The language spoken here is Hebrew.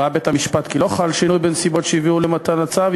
ראה בית-המשפט כי לא חל שינוי בנסיבות שהביאו למתן הצו,